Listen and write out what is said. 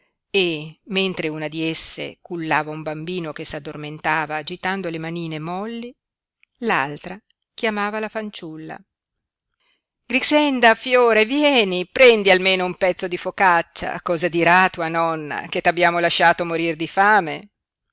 e mentre una di esse cullava un bambino che s'addormentava agitando le manine molli l'altra chiamava la fanciulla grixenda fiore vieni prendi almeno un pezzo di focaccia cosa dirà tua nonna che t'abbiamo lasciato morir di fame